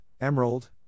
emerald